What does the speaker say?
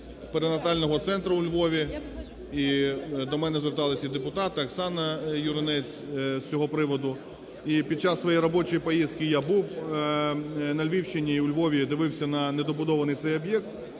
перинатального центру у Львові і до мене зверталась депутат Оксана Юринець з цього приводу. І під час своєї поїздки я був на Львівщині, у Львові і дивився на недобудований цей об'єкт